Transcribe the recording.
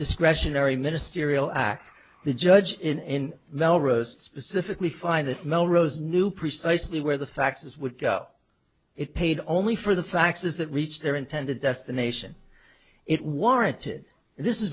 discretionary ministerial act the judge in the rest specifically find that melrose knew precisely where the faxes would get it paid only for the faxes that reached their intended destination it warranted this is